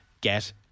get